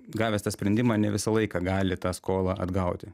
gavęs tą sprendimą ne visą laiką gali tą skolą atgauti